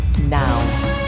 now